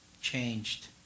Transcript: changed